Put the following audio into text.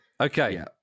Okay